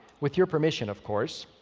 with your permission, of course.